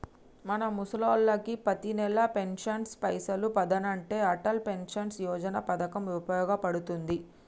మన ముసలోళ్ళకి పతినెల పెన్షన్ పైసలు పదనంటే అటల్ పెన్షన్ యోజన పథకం ఉపయోగ పడుతుంది